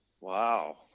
Wow